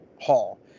hall